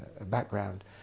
background